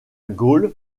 gaule